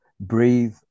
breathe